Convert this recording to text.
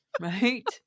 Right